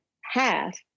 half